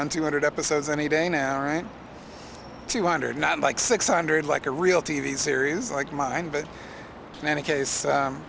on two hundred episodes any day now right two hundred not like six hundred like a real t v series like mine but in any case